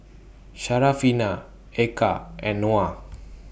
Syarafina Eka and Noah